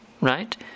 right